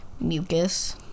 mucus